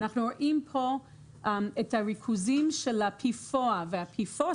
אנחנו רואים פה את הריכוזים של ה-PFOA וה-PFOS,